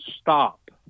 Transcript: stop